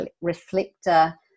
reflector